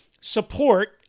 support